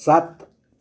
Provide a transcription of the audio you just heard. सात